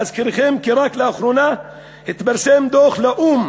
להזכירכם, רק לאחרונה התפרסם דוח של האו"ם